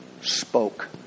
Spoke